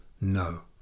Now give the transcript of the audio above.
No